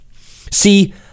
See